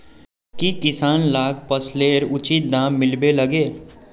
की किसान लाक फसलेर उचित दाम मिलबे लगे?